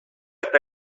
eta